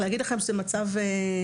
להגיד לכם שזהו מצב אידיאלי?